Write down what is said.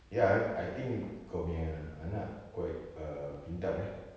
ya I I think kau punya anak quite err pintar eh